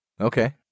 okay